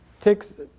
takes